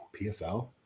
PFL